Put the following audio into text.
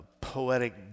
poetic